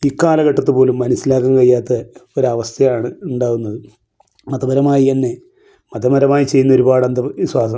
ഇക്കാലഘട്ടത്തു പോലും മനസ്സിലാക്കാൻ കഴിയാത്ത ഒരവസ്ഥയാണ് ഉണ്ടാകുന്നത് മതപരമായി എന്നെ മതപരമായി ചെയ്യുന്ന ഒരുപാട് അന്ധവിശ്വാസം